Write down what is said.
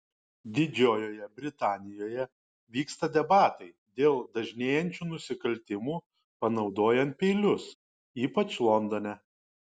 didžiojoje britanijoje vyksta debatai dėl dažnėjančių nusikaltimų panaudojant peilius ypač londone